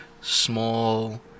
small